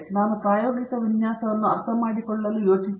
ನಾನು ಪ್ರಾಯೋಗಿಕ ವಿನ್ಯಾಸವನ್ನು ಅರ್ಥಮಾಡಿಕೊಳ್ಳಲು ಯೋಚಿಸಿದೆ